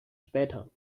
später